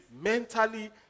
Mentally